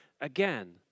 again